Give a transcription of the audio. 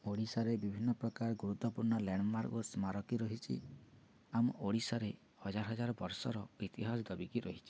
ଓଡ଼ିଶାରେ ବିଭିନ୍ନ ପ୍ରକାର ଗୁରୁତ୍ୱପୂର୍ଣ୍ଣ ଲ୍ୟାଣ୍ଡମାର୍କ ସ୍ମାରକୀ ରହିଛି ଆମ ଓଡ଼ିଶାରେ ହଜାର ହଜାର ବର୍ଷର ଇତିହାସ ଦବିକି ରହିଛି